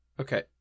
Okay